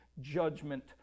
judgment